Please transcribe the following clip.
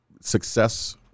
success